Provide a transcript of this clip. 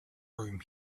room